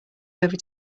over